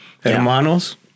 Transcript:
Hermanos